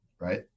right